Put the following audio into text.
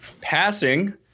passing